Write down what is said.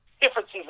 differences